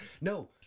No